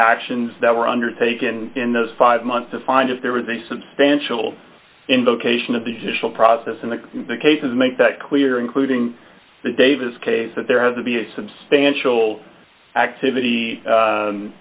actions that were undertaken in those five months to find if there was a substantial invocation of the judicial process in the cases make that clear including the davis case that there has to be a substantial activity